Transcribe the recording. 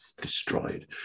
destroyed